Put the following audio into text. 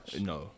No